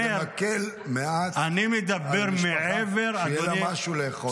אבל זה מקל מעט על משפחה, שיהיה לה משהו לאכול.